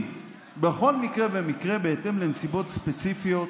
בכל מקרה ומקרה בהתאם לנסיבות ספציפיות,